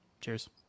Cheers